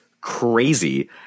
crazy